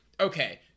okay